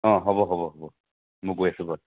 অঁ হ'ব হ'ব হ'ব মই গৈ আছো বাৰু